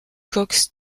cox